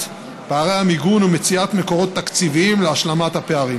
פערי המיגון ומציאת מקורות תקציביים להשלמת הפערים.